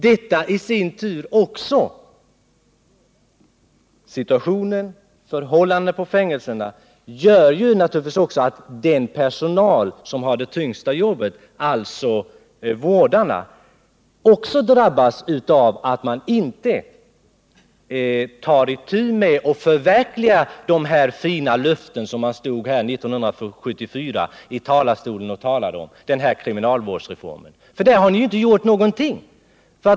Situationen och förhållandena på fängelserna gör naturligtvis också att den personal som har det tyngsta jobbet — vårdarna — drabbas av att man inte tar itu med och försöker förverkliga de fina löften som man här i riksdagen avgav vid kriminalvårdsreformen 1974. På den punkten har ni inte gjort någonting!